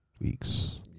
weeks